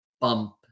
bump